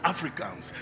Africans